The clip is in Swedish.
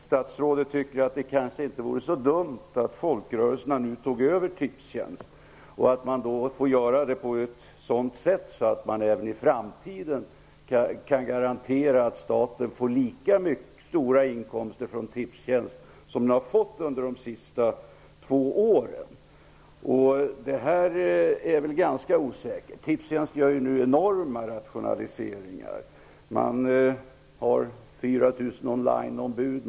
Statsrådet tycker att det kanske inte vore så dumt att folkrörelserna tog över Tipstjänst på ett sådant sätt att det även i framtiden kan garanteras att staten får lika stora inkomster från Tipstjänst som man under de senaste två åren har fått, vilket är ganska osäkert. Tipstjänst genomför nu enorma rationaliseringar. Man har 4 000 On line-ombud.